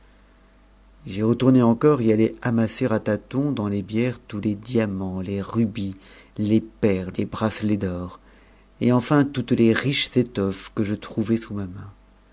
j'y retournai encore et allai amasser à tâtons dans les bières tous les diamants les rubis les perles les bracelets d'or et enfin toutes les riches mes que je trouvai sous ma main